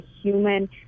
human